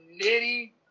nitty